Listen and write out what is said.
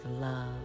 love